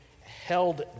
held